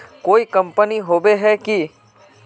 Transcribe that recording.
कोई कंपनी होबे है की?